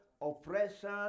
oppression